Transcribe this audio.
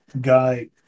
guy